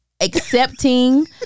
accepting